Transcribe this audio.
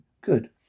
Good